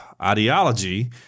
Ideology